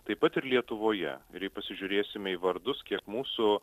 taip pat ir lietuvoje ir jei pasižiūrėsime į vardus kiek mūsų